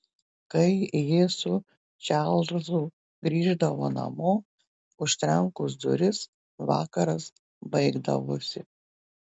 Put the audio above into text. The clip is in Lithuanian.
kai ji su čarlzu grįždavo namo užtrenkus duris vakaras baigdavosi